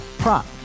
prop